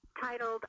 titled